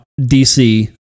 DC